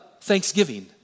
Thanksgiving